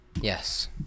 Yes